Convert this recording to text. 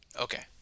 Okay